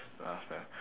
laugh eh